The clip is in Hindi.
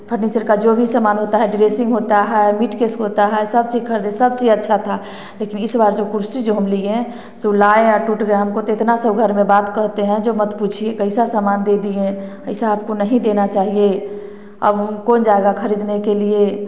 फर्नीचर का जो भी समान होता है ड्रेसिंग होता है ब्रीफकेस होता है सब चीज खरीदे सब चीज अच्छा था लेकिन इस बार जो कुर्सी जो हम लिए हैं सों लाए और टूट गया हम को तो इतना सब घर में बात कहते हैं जो मत पूछिए कैसा समान दे दिए ऐसा आप को नहीं देना चाहिए और कौन जाएगा खरीदने के लिए